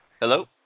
Hello